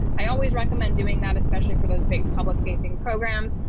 i always recommend doing that especially for those big public facing programs.